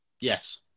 Yes